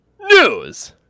news